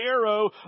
arrow